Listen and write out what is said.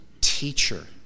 teacher